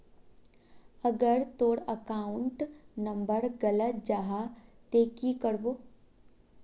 अगर तोर account number गलत जाहा ते की करबो?